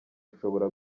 ushobora